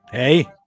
hey